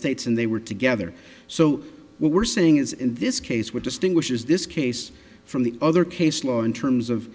states and they were together so what we're saying is in this case what distinguishes this case from the other case law in terms of